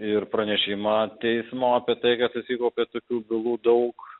ir pranešimą teismo apie tai kad susikaupė tokių bylų daug